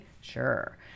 Sure